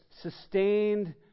sustained